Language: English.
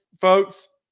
folks